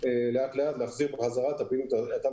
לאט להחזיר לפעילות בכפוף